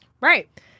Right